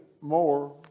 more